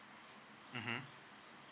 mmhmm